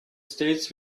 states